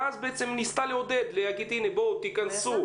ואז בעצם ניסתה לעודד להגיד: תיכנסו,